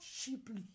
cheaply